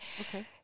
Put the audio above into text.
Okay